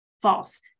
false